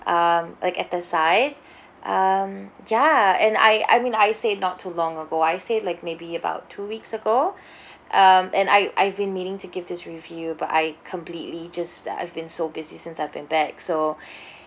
um like at the side um ya and I I mean I stayed not too long ago I stayed like maybe about two weeks ago um and I I've been meaning to give this review but I completely just I've been so busy since I've been back so